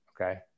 okay